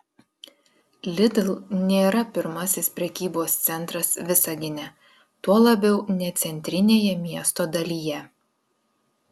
lidl nėra pirmasis prekybos centras visagine tuo labiau ne centrinėje miesto dalyje